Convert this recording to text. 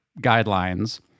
guidelines